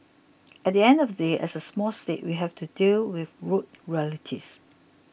at the end of the day as a small state we have to deal with rude realities